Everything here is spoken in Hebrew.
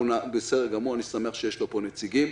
בסדר גמור, אני שמח שיש לו פה נציגים.